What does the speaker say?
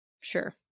Sure